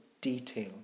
detail